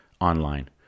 online